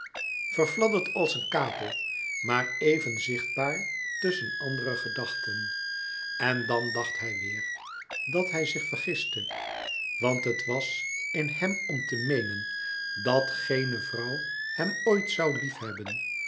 verfladderd als een kapel maar éven zichtbaar tusschen andere gedachten en dan dacht hij weêr dat hij zich vergiste want het was in hem om te meenen dat géene vrouw hem ooit zoû liefhebben